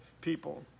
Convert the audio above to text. people